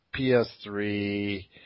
PS3